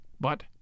but